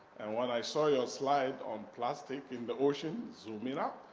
and when i saw your slide on plastic in the ocean, zooming up.